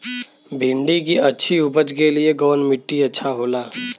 भिंडी की अच्छी उपज के लिए कवन मिट्टी अच्छा होला?